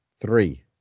three